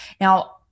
Now